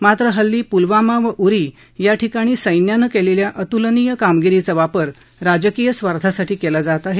मात्र हल्ली प्लवामा आणि उरी या ठिकाणी सैन्याने केलेल्या अतुलनीय कामगिरीचा वापर राजकीय स्वार्थासाठी केला जात आहे